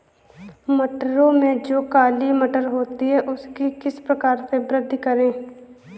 मटरों में जो काली मटर होती है उसकी किस प्रकार से वृद्धि करें?